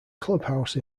clubhouse